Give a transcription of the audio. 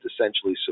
essentially